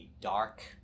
dark